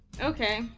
Okay